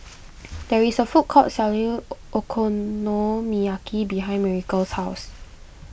there is a food court selling Okonomiyaki behind Miracle's house